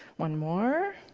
one more.